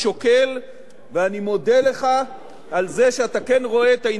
ואני מודה לך על זה שאתה כן רואה את האינטרס הכלכלי-חברתי,